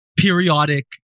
periodic